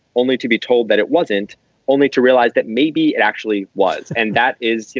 only to be told that it wasn't only to realize that maybe it actually was. and that is, you